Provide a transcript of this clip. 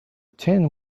tin